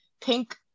pink